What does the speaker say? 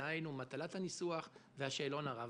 דהיינו מטלת הניסוח ושאלון הרב-ברירה.